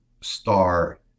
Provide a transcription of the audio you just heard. star